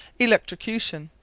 electrocution.